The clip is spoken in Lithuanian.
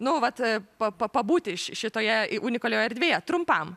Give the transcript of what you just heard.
nu vat pa pa pabūti ši šitoje unikalioje erdvėje trumpam